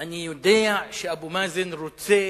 אני יודע שאבו מאזן רוצה